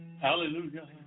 hallelujah